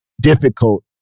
difficult